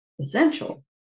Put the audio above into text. essential